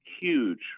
huge